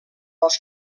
als